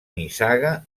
nissaga